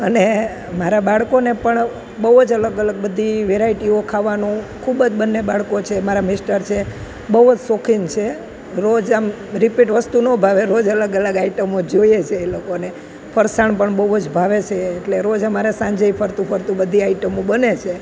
અને મારા બાળકોને પણ બહુ જ અલગ અલગ બધી વેરાયટીઓ ખાવાનું ખૂબ જ બન્ને બાળકો છે મારા મિસ્ટર છે બહુ જ શોખીન છે રોજ આમ રિપીટ વસ્તુ ન ભાવે રોજ અલગ અલગ આઇટમો જોઇએ છે એ લોકોને ફરસાણ પણ બહુ જ ભાવે છે એટલે રોજ અમારે સાંજેય ફરતું ફરતું એ બધી આઇટમો બને છે